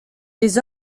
des